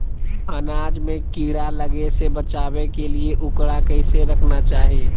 अनाज में कीड़ा लगे से बचावे के लिए, उकरा कैसे रखना चाही?